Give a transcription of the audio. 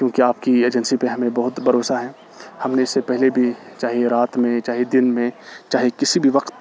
کیونکہ آپ کی ایجنسی پہ ہمیں بہت بھروسہ ہے ہم نے اس سے پہلے بھی چاہے رات میں چاہے دن میں چاہے کسی بھی وقت